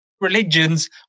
religions